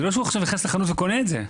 זה לא דבר שהוא נכנס לחנות וקונה את זה.